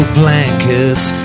blankets